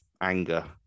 anger